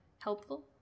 helpful